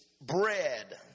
bread